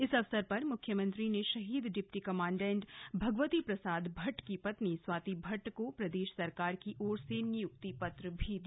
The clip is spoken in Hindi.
इस अवसर पर मुख्यमंत्री ने शहीद डिप्टी कमांडेंट भगवती प्रसाद भट्ट की पत्नी स्वाती भट्ट को प्रदेश सरकार की ओर से नियुक्ति पत्र दिया